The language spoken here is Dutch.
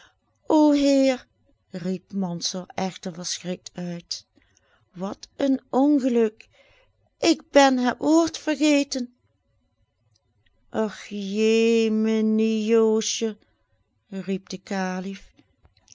heer riep mansor echter verschrikt uit wat een ongeluk ik ben het woord vergeten och jemenie joosje riep de kalif